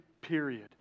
Period